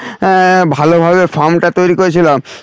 ভালোভাবে ফার্মটা তৈরি করেছিলাম